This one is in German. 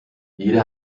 jeder